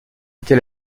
était